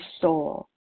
soul